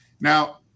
Now